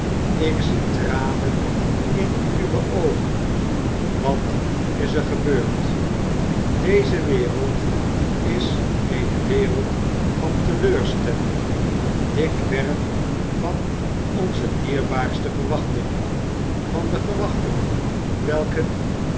ik zie tranen in uwe oogen wat is er gebeurd deze wereld is eene wereld van teleurstelling dikwerf van onze dierbaarste verwachtingen van de verwachtingen welke